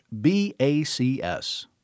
BACS